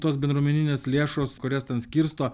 tos bendruomeninės lėšos kurias ten skirsto